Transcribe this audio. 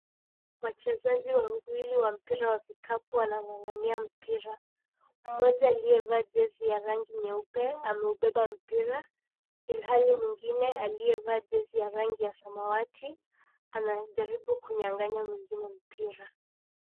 Wachezaji wawili wa mpira ya kikapu wanang'ang'ania mpira, mmoja aliyevaa jezi ya rangi nyeupe ameubeba mpira ilhali mwingine aliyevaa jezi ya rangi ya samawati anajaribu kunyang'anya mwingine mpira.